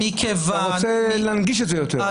אתה רוצה להנגיש את זה יותר.